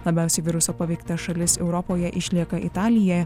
labiausiai viruso paveikta šalis europoje išlieka italija